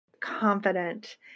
confident